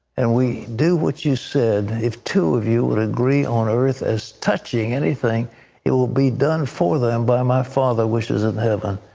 and we do what you said. if two of you would agree on earth as touching anything it will be done for them by my wishes in heaven.